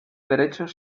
derechos